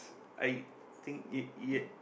I think ya ya